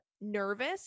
nervous